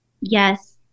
yes